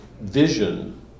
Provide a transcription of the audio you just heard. vision